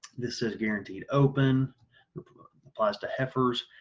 this says guaranteed open, that applies to heifers,